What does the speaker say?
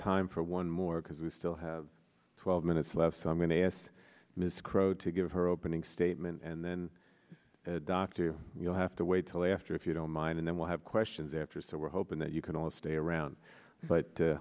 time for one more because we still have twelve minutes left so i may as miss crow to give her opening statement and then dr you'll have to wait till after if you don't mind and then we'll have questions after so we're hoping that you can all stay around but